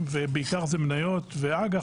ובעיקר זה מניות ואג"ח,